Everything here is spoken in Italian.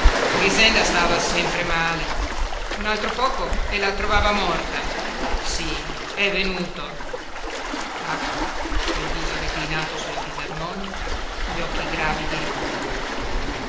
grixenda stava sempre male un altro poco e la trovava morta sí è venuto tacque col viso reclinato sulla fisarmonica gli occhi gravi di ricordo